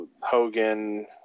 Hogan